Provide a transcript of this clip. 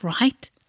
Right